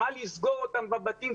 לסגור אותם בבתים?